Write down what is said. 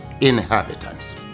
inhabitants